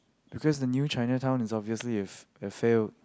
because the new Chinatown is obviously if a fail